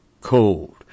cold